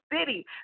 city